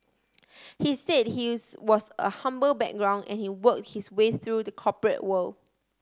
he said his was a humble background and he work his way through the corporate world